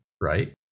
right